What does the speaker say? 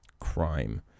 crime